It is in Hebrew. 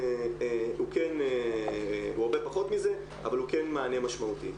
אבל הוא הרבה פחות מזה, אבל הוא כן מענה משמעותי.